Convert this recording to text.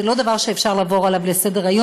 זה לא דבר שאפשר לעבור עליו לסדר-היום.